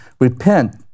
repent